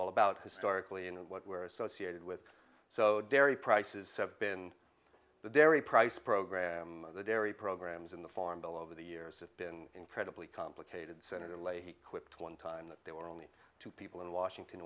all about historically and what were associated with so dairy prices have been the dairy price program the dairy programs in the farm bill over the years have been incredibly complicated senator leahy quipped one time that they were only two people in washington